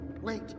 wait